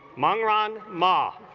mong ron ma